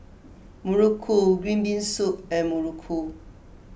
Muruku Green Bean Soup and Muruku